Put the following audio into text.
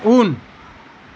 उन